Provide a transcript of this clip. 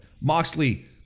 moxley